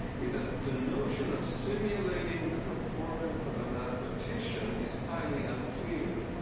is that the notion of simulating the performance of a mathematician is highly unclear,